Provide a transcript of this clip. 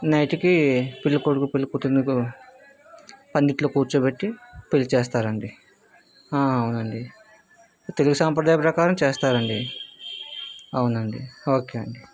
నైట్కి పెళ్ళికొడుకు పెళ్ళి కూతుర్ని పందిట్లో కూర్చోబెట్టి పెళ్ళి చేస్తారు అండి ఆ అవును అండి తెలుగు సాంప్రదాయం ప్రకారం చేస్తారు అండి అవును అండి ఓకే అండి